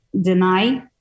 deny